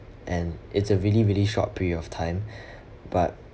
and it's a really really short period of time but